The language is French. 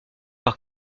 par